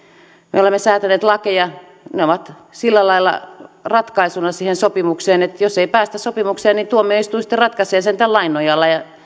me olemme säätäneet lakeja ne ovat sillä lailla ratkaisuna siihen sopimukseen että jos ei päästä sopimukseen niin tuomioistuin sitten ratkaisee sen tämän lain nojalla ja